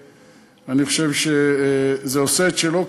אני חושב שזה עושה את שלו,